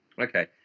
Okay